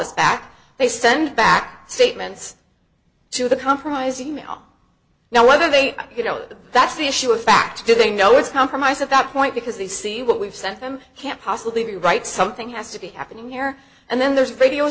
us back they send back statements to the compromise email now whether they you know that's the issue of fact do they know it's compromised at that point because they see what we've sent them can't possibly be right something has to be happening here and then there's radio